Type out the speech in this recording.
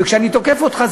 ושכשאני תוקף אותך,